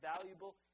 valuable